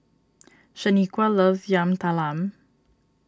Shaniqua loves Yam Talam